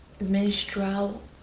menstrual